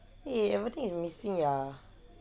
eh everything is missing ya